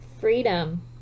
freedom